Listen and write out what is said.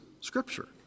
scripture